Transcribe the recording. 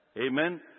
Amen